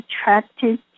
attracted